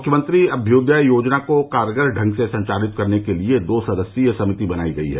मुख्यमंत्री अभ्यृदय योजना को कारगर ढंग से संचालित करने के लिये दो स्तरीय समिति बनाई गई है